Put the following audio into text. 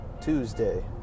Tuesday